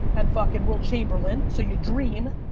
and fucking will chamberlain. so you dream,